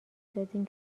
دادین